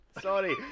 Sorry